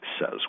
says